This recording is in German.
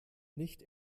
nicht